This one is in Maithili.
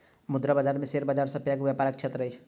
मुद्रा बाजार शेयर बाजार सॅ पैघ व्यापारक क्षेत्र अछि